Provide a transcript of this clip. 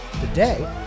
Today